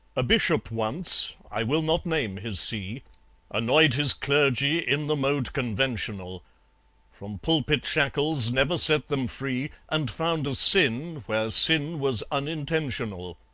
a bishop once i will not name his see annoyed his clergy in the mode conventional from pulpit shackles never set them free, and found a sin where sin was unintentional.